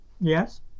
yes